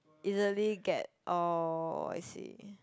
easily get orh I see